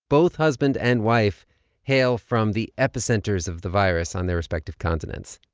both husband and wife hail from the epicenters of the virus on their respective continents,